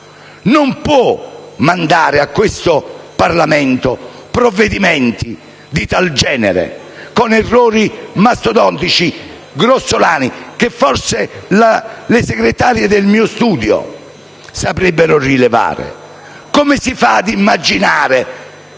possono mandare a questo Parlamento provvedimenti di tal genere, con errori mastodontici e grossolani che forse anche le segretarie del mio studio saprebbero rilevare. Come si fa ad immaginare